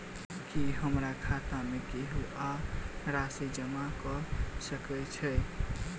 की हमरा खाता मे केहू आ राशि जमा कऽ सकय छई?